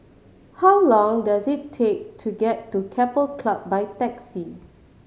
how long does it take to get to Keppel Club by taxi